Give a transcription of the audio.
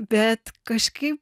bet kažkaip